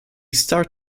starred